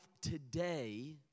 today